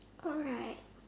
alright